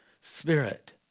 Spirit